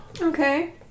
Okay